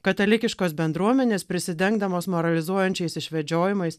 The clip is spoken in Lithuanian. katalikiškos bendruomenės prisidengdamos moralizuojančiais išvedžiojimais